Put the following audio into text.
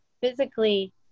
physically